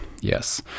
yes